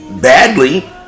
badly